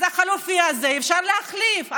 אז את החלופי הזה אפשר להחליף.